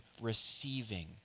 receiving